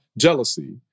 jealousy